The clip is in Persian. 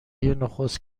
هرکس